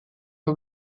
her